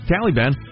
Taliban